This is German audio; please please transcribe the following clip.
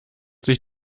sich